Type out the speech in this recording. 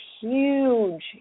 huge